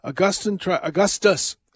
Augustus